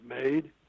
made